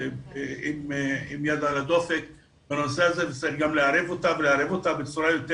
עם יד על הדופק בנושא הזה וצריך גם לערב אותה בצורה יותר